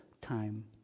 time